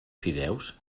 fideus